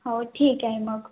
हो ठीक आहे मग